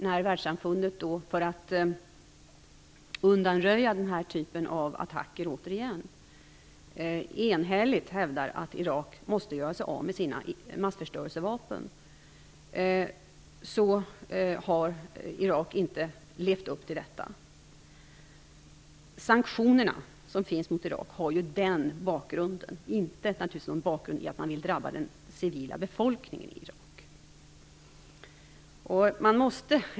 När Världssamfundet för att undanröja risken för den här typen av attacker enhälligt hävdade att Irak måste göra sig av med sina massförstörelsevapen, har Irak inte levt upp till detta. Detta är ju bakgrunden till sanktionerna som finns mot Irak, inte att man vill att Iraks civilbefolkning drabbas.